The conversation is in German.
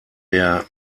der